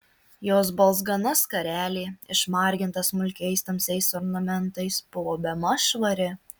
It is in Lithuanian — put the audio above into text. jos balzgana skarelė išmarginta smulkiais tamsiais ornamentais buvo bemaž švari